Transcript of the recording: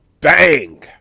Bang